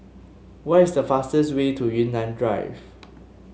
what is the fastest way to Yunnan Drive